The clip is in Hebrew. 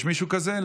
יש מישהו כזה?